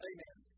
Amen